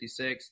56